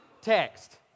text